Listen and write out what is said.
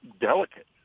delicate